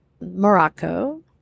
Morocco